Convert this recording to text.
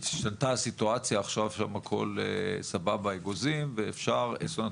הסיטואציה ועכשיו שם הכל סבבה אגוזים ואפשר להסיר את